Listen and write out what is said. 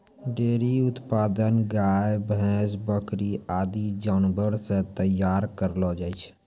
dairy उत्पाद गाय, भैंस, बकरी आदि जानवर सें तैयार करलो जाय छै